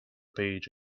page